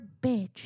bitch